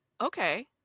okay